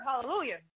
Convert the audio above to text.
hallelujah